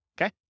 okay